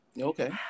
okay